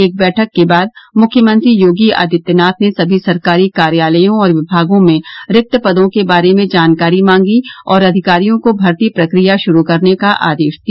एक बैठक के बाद मुख्यमंत्री योगी आदित्यनाथ ने सभी सरकारी कार्यालयों और विभागों में रिक्त पदों के बारे में जानकारी मांगी और अधिकारियों को भर्ती प्रक्रिया शुरू करने का आदेश दिया